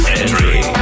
entry